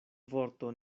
vorto